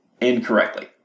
incorrectly